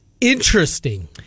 Interesting